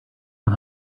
one